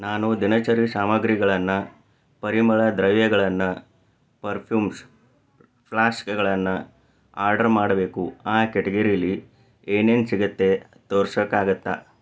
ನಾನು ದಿನಚರಿ ಸಾಮಗ್ರಿಗಳನ್ನು ಪರಿಮಳ ದ್ರವ್ಯಗಳನ್ನು ಪರ್ಫ್ಯೂಮ್ಸ್ ಫ್ಲಾಸ್ಕ್ಗಳನ್ನು ಆರ್ಡರ್ ಮಾಡಬೇಕು ಆ ಕೆಟಗರಿಯಲ್ಲಿ ಏನೇನು ಸಿಗತ್ತೆ ತೋರ್ಸಕ್ಕಾಗತ್ತಾ